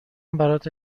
برات